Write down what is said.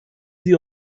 sie